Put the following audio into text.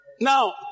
Now